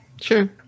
Sure